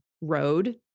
road